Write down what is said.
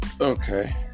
Okay